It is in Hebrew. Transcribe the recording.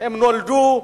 הם נולדו,